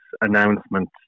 announcement